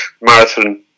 marathon